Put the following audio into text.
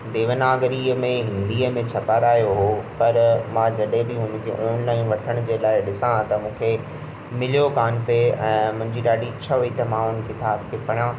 देवनागिरीअ में हिंदीअ में छ्परायो हो पर मां जॾहिं बि हुनखे ऑनलाइन वठण जे लाइ ॾिसां त मूंखे मिलियो कोन पए ऐं मां मुंहिंजी ॾाढी इच्छा हुई त मां हुन किताब खे पढ़ां